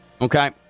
okay